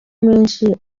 menshi